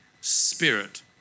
spirit